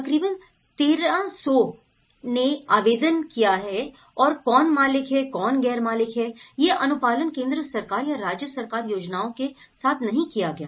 तकरीबन 1300 ने आवेदन किया है और कौन मालिक हैं कौन गैर मालिक ये अनुपालन केंद्र सरकार या राज्य सरकार योजनाओं के साथ नहीं किया गया